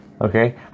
okay